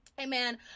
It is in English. Amen